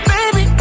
Baby